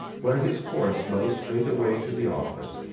where his course lay straight away to the office,